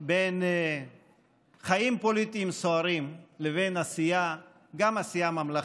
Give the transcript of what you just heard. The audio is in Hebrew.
בין חיים פוליטיים סוערים לבין עשייה ממלכתית.